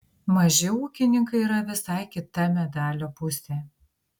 maži ūkininkai yra visai kita medalio pusė